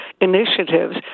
initiatives